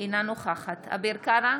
אינה נוכחת אביר קארה,